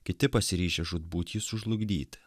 kiti pasiryžę žūtbūt jį sužlugdyti